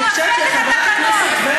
אני חושבת שחברת הכנסת ורבין,